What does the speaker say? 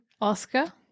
Oscar